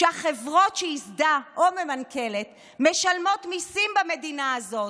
שהחברות שהיא ייסדה או ממנכ"לת משלמות מיסים במדינה הזאת,